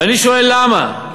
ואני שואל למה.